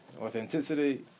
authenticity